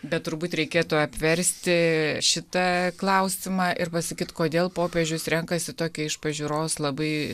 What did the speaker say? bet turbūt reikėtų apversti šita klausimą ir pasakyt kodėl popiežius renkasi tokią iš pažiūros labai